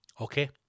Okay